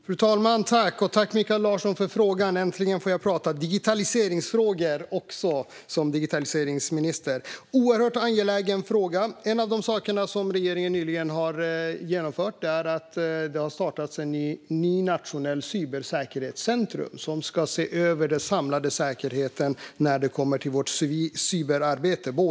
Fru talman! Tack, Mikael Larsson, för frågan! Äntligen får jag, som även är digitaliseringsminister, prata också om digitaliseringsfrågor. Det är en angelägen fråga. En av de saker som regeringen nyligen har genomfört är att det har startats ett nytt nationellt cybersäkerhetscenter som ska se över den samlade säkerheten i vårt cyberarbete.